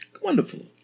Wonderful